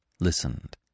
Listened